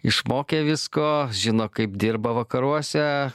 išmokę visko žino kaip dirba vakaruose